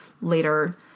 later